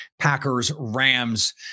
Packers-Rams